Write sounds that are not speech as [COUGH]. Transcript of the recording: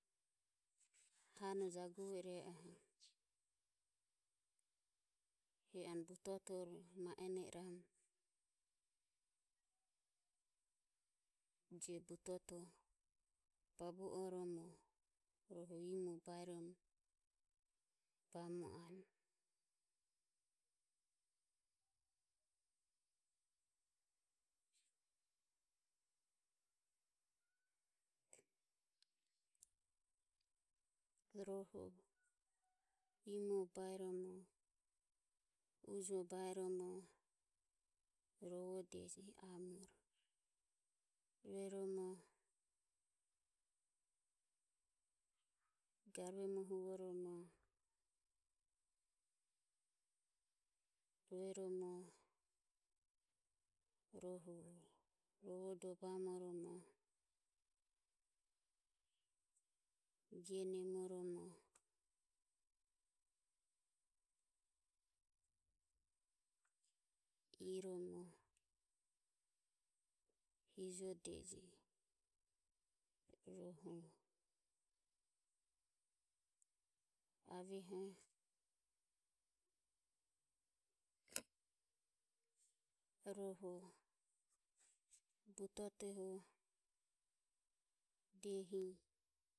Hano jaguvo ireoho he anue butotore maeno iramu [NOISE] je butoto babuom rueroho imo bairom ro bamo anue. Rohu imo bairomo ujo bairomo rovo deji amero rue romo garue muhuvo romo rueromo rohu rovodo bamo romo ie [UNINTELLIGIBLE] nemo romo iromo hijodeji. [UNINTELLIGIBLE] Rohu butotohu diehi